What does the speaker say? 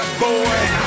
boy